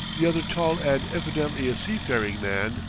the other tall and evidently a seafaring man,